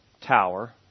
tower